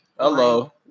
Hello